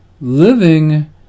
living